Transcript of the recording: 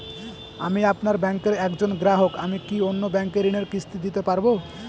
আমি আপনার ব্যাঙ্কের একজন গ্রাহক আমি কি অন্য ব্যাঙ্কে ঋণের কিস্তি দিতে পারবো?